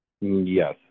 Yes